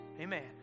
Amen